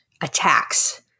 attacks